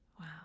wow